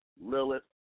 Lilith